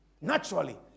naturally